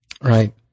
Right